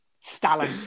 Stalin